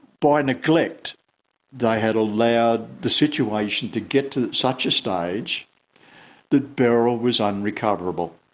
by neglect they had allowed the situation to get to such a stage that beryl was unrecoverable,